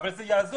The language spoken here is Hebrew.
אבל זה יעזור.